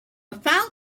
found